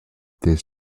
this